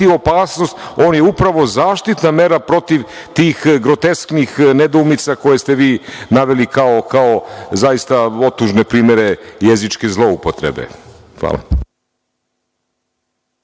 opasnost, on je upravo zaštitna mera protiv tih grotesknih nedoumica koje ste vi naveli kao zaista otužne primere jezičke zloupotrebe. Hvala.